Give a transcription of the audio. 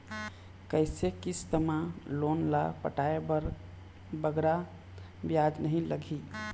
कइसे किस्त मा लोन ला पटाए बर बगरा ब्याज नहीं लगही?